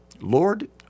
Lord